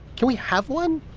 can we have one?